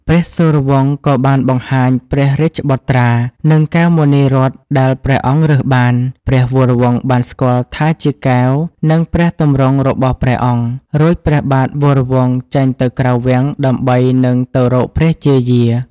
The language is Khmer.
ព្រះសូរវង្សក៏បានបង្ហាញព្រះរាជបុត្រា និងកែវមណីរតន៍ដែលព្រះអង្គរើសបាន។ ព្រះវរវង្សបានស្គាល់ថាជាកែវ និងព្រះទម្រង់របស់ព្រះអង្គ រួចព្រះបាទវរវង្ស ចេញទៅក្រៅវាំងដើម្បីនឹងទៅរកព្រះជាយា។